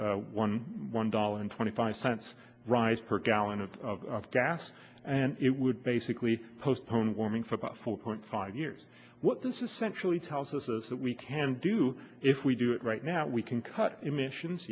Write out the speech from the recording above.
a one one dollar and twenty five cents rise per gallon of gas and it would basically postpone warming for about four point five years what this essentially tells us is that we can do if we do it right now we can cut emissions